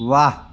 वाह